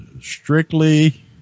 strictly